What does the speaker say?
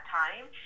time